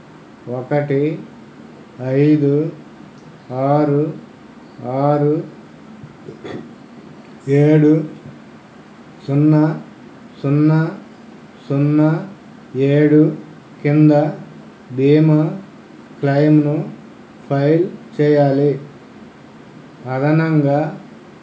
ఒకటి ఐదు ఆరు ఆరు ఏడు సున్నా సున్నా సున్నా ఏడు కింద బీమా క్లెయిమ్ను ఫైల్ చేయాలి అదనంగా